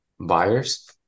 buyers